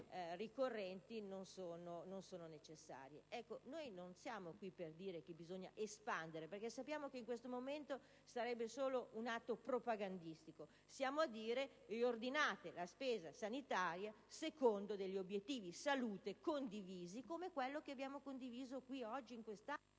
ricorrenti non sono necessarie? Ecco, non siamo qui per dire che bisogna espandere la spesa, perché sappiamo che in questo momento sarebbe solo un atto propagandistico. Siamo a chiedere che si riordini la spesa sanitaria secondo obiettivi-salute condivisi, come quello che abbiamo condiviso oggi in quest'Aula.